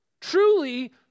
Truly